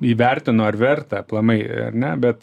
įvertinu ar verta aplamai ar ne bet